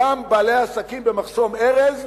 בעלי העסקים במחסום ארז,